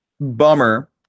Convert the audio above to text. Bummer